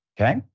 okay